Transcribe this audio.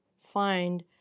find